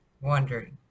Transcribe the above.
wondering